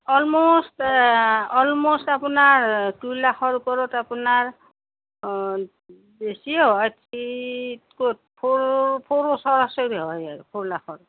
almost almost আপোনাৰ two লাখৰ ওপৰত আপোনাৰ বেছিয়ে হয় থ্ৰি ক'ত ফ'ৰ ফ'ৰ ওচৰাওচৰি হয় আৰু ফ'ৰ লাখৰ